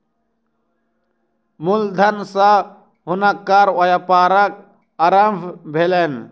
मूल धन सॅ हुनकर व्यापारक आरम्भ भेलैन